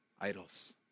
idols